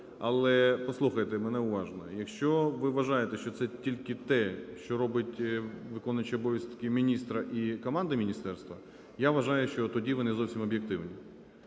Але послухайте мене уважно. Якщо ви вважаєте, що це тільки те, що робить виконуючий обов'язки міністра і команди міністерства, я вважаю, що тоді ви не зовсім об'єктивні.